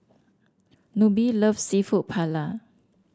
Nobie loves seafood Paella